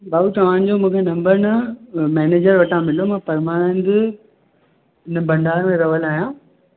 भाउ तव्हांजो मूंखे नंबर न मैनेजर वटां मिलियो मां परमानंद जी हुन भंडार में रहल आहियां